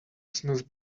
snooze